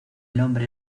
nombre